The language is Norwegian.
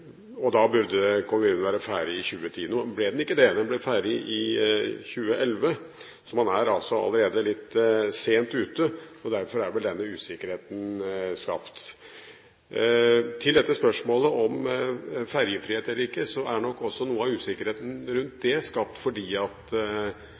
Da burde konsekvensutredningen vært ferdig i 2010. Nå ble man ikke det. Man ble ferdig i 2011, så man er allerede litt sent ute. Derfor er denne usikkerheten skapt. Til spørsmålet om ferjefrihet eller ikke er nok også noe av usikkerheten rundt